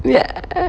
ya